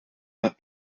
but